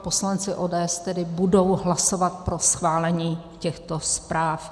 Poslanci ODS tedy budou hlasovat pro schválení těchto zpráv.